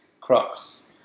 Crocs